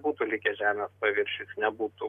būtų likęs žemės paviršiuj nebūtų